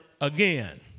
again